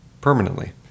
permanently